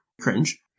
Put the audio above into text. cringe